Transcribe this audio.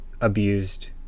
abused